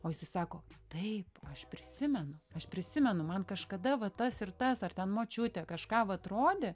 o jisai sako taip aš prisimenu aš prisimenu man kažkada va tas ir tas ar ten močiutė kažką va atrodė